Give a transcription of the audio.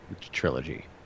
trilogy